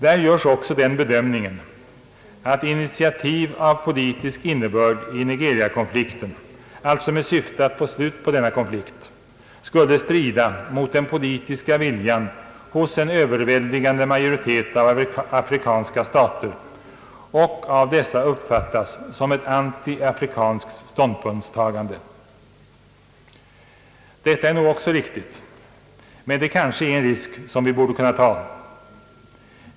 Där görs också den bedömningen att initiativ av politisk innebörd i Nigeriakonflikten, allså med syfte att få slut på denna konflikt, skulle strida mot den politiska viljan hos en överväldigande majoritet av afrikanska stater och av dessa uppfattas som ett antiafrikanskt ståndpunktstagande. Detta är nog också riktigt, men det kanske är en risk som vi borde kunna ta.